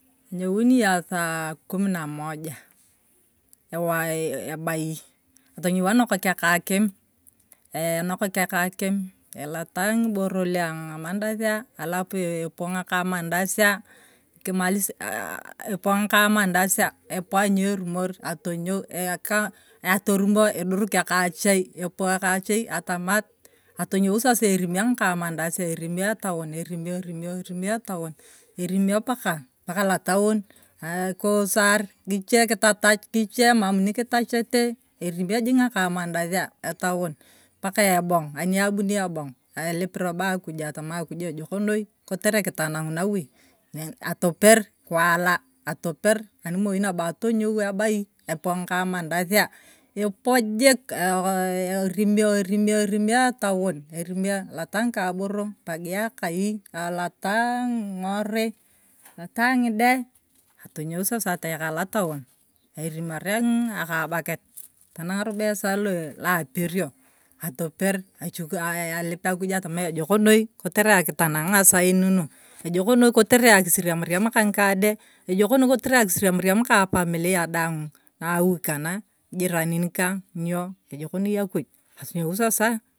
Inyooni yong saa kumi namoja ebaiatanyou enokak akakim ee enokak akakim elata ng’iboro luang’amandazia alapu epo ng’aka mandazia nikima epong’aka mandazia, ebo anyierumor atanyou ayaka atoromo edorok eka chai atamat atonyou erimio etaon erimi, erimio etaon paka lataon kiusar kitatach, kichie mam nikitachiete, erimio jik ng’akaa mandazia etaon paka, ebong anieboni ebong etip robo akuju ejoko noi kotere kotanangis nawui atoper kuwala, atoper kuwala, atopei animod atonyou ebai epo ng’akaa mandazia epo jiik ee erimio, erimio, erimio etaon, erimio elata ng’ika boro, ebagia akai elataa ng’iorui, elata ng’ide atonyou sasa atayaka lotion erimoria akaa baket. Tanang’arobo esaa laperio, atoper, elip akuj atama ejok noi kotere akitang ng’asain nu, ejok noi kotere akisiriam riam kang’ikade, ejok noi kotere akisiriam riam ka apamilia daang na aui kana, ng’ijiranin kang nyo ejok noi akuj atonyou sasa.